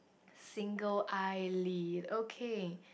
single eyelid okay